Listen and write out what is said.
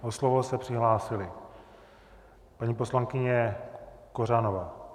O slovo se přihlásila paní poslankyně Kořanová.